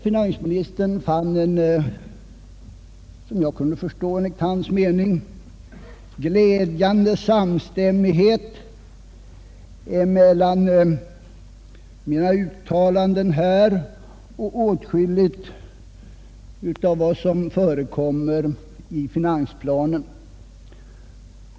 Finansministern fann såvitt jag kunde förstå en enligt hans mening glädjande samstämmighet mellan mina uttalanden i denna debatt och åtskilligt av det som framhålls i finansplanen.